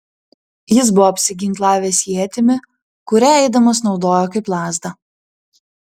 jis buvo apsiginklavęs ietimi kurią eidamas naudojo kaip lazdą